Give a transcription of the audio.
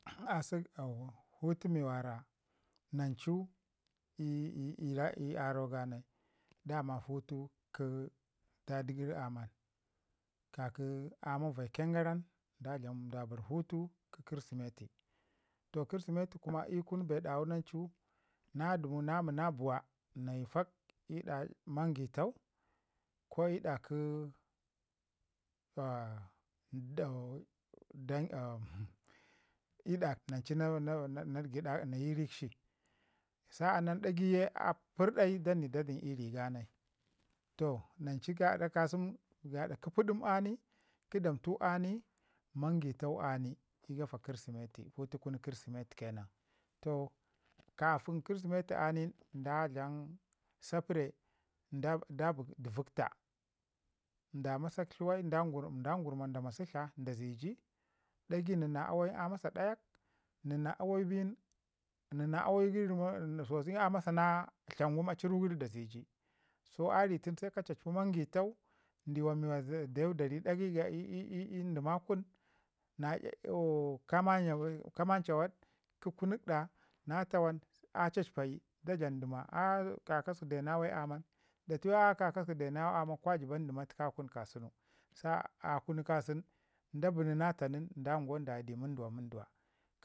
Asək putu mi wara nancu ii aro ya "ii ii" aro ganai damaa putu kə dadigəri aman kaki aman vaiken garan da bar putu kirsimite, to kirsimite kume bee dawu nancu na dəmu na mina buwa nayi ɗa mangitau ko ii da kə nancu nan nayi rikshi sa'anan ɗagai ke a pərɗai dani dani i ri ga nai. Toh nan ci gada ka sunu kə pədim ani kə damtau ani mangitau ani gafa kirsimeti putu kunu kirsimeti ke nan. Toh kafin kirsimeti a nin da dlam sapire "da bi dabi" dəvuk taa da masa tluwai nda gurma da ma si tla da ziji ɗagai na awayu nin a masa ɗayak nin na awayu bin nən na awayu nin a masa na tla rugəri. Sa ari tun se ka cacpi mangitau ndiwa wanda deu da ri ɗagai "ii ii ii" dəma kun na kaman chawad kə kunak da na tawan a cacpayi da dlam dəma a ka kasəku de na wa aman nda teu ye a kakasəkudeu na wa ii aman kwan dima təka kun kasau sa'ana kunu kasan da bina taa nin dangwau da ya du ii munduwa munduwa.